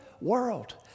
world